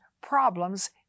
problems